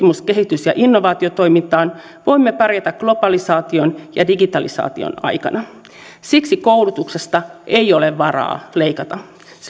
kehitys ja innovaatiotoimintaan voimme pärjätä globalisaation ja digitalisaation aikana koulutuksesta ei ole varaa leikata